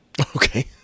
Okay